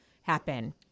happen